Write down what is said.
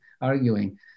arguing